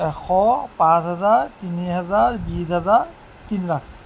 এশ পাঁচ হাজাৰ তিনি হাজাৰ বিছ হাজাৰ তিনি লাখ